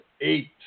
eight